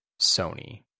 Sony